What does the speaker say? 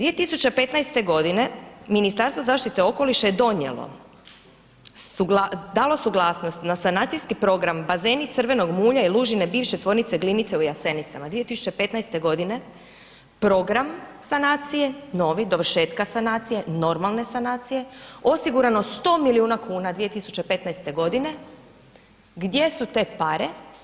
2015. g. Ministarstvo zaštite okoliša je donijelo, dalo suglasnost na sanacijski program bazeni crvenog mulja i lužine bivše tvornice glinice u Jasenicama, 2015. g, program sanacije, novi, dovršetka sanacije, normalne sanacije, osigurano 100 milijuna kuna 2015. g., gdje su te pare?